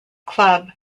club